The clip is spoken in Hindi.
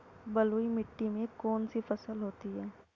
बलुई मिट्टी में कौन कौन सी फसल होती हैं?